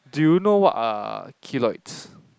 do you know what are keloids